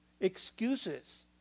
Excuses